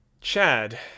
Chad